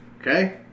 okay